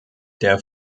der